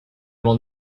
will